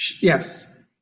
Yes